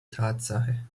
tatsache